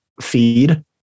feed